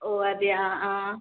ഓ അതെയാ ആ